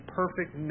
perfect